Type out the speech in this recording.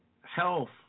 Health